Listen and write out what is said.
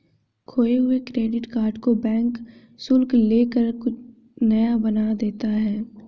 खोये हुए credit card को बैंक कुछ शुल्क ले कर नया बना देता है